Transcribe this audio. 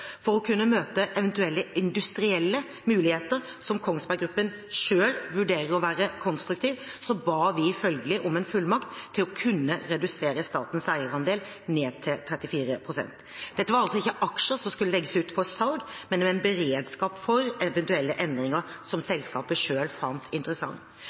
For å kunne møte eventuelle industrielle muligheter som Kongsberg Gruppen selv vurderer å være konstruktive, ba vi følgelig om en fullmakt til å kunne redusere statens eierandel ned til 34 pst. Dette var altså ikke aksjer som skulle legges ut for salg, men en beredskap for eventuelle endringer som